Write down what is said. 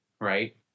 right